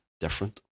different